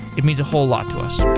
it means a whole lot to us